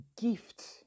gift